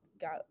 got